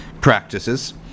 practices